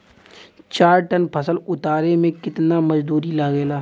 चार टन फसल उतारे में कितना मजदूरी लागेला?